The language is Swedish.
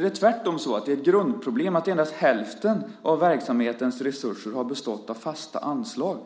Det är tvärtom så att det är ett grundproblem att endast hälften av verksamhetens resurser har bestått av fasta anslag.